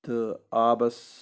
تہٕ آبس